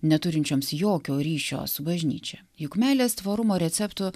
neturinčioms jokio ryšio su bažnyčia juk meilės tvarumo receptų